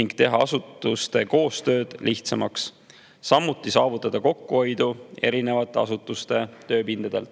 ning teha asutuste koostööd lihtsamaks, samuti saavutada erinevate asutuste tööpindade